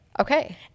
okay